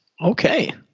Okay